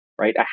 right